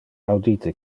audite